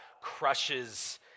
crushes